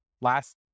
last